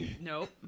Nope